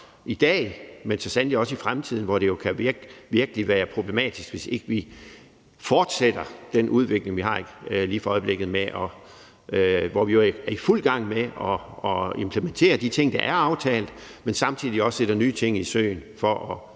i dag, men så sandelig også i fremtiden, hvor det jo virkelig kan være problematisk, hvis ikke vi fortsætter den udvikling, vi har lige for øjeblikket, hvor vi jo er i fuld gang med at implementere de ting, der er aftalt, men samtidig også sætter nye ting i søen for at